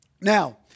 Now